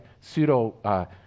Pseudo